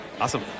Awesome